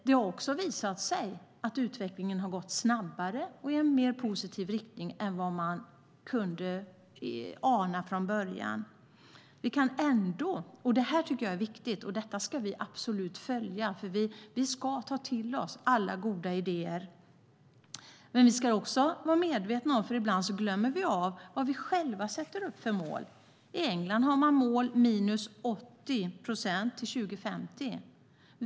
Det har också visat sig att utvecklingen har gått snabbare och i en mer positiv riktning än vad man kunde ana från början. Jag tycker att det här är viktigt. Vi ska absolut följa detta. Vi ska ta till oss alla goda idéer. Vi ska också vara medvetna om att vi ibland glömmer bort vilka mål vi själva sätter upp. I England är målet minus 80 procent till 2050.